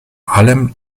allem